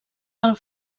del